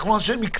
אנחנו אנשי מקצוע.